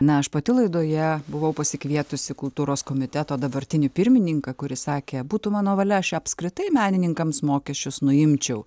na aš pati laidoje buvau pasikvietusi kultūros komiteto dabartinį pirmininką kuris sakė būtų mano valia aš apskritai menininkams mokesčius nuimčiau